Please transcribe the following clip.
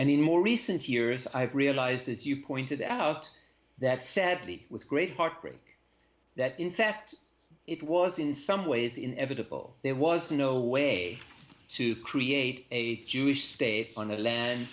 in more recent years i have realized as you pointed out that sadly with great heartbreak that in fact it was in some ways inevitable there was no way to create a jewish state on the land